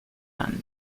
anni